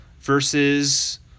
versus